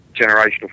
generational